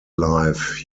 life